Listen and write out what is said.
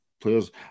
players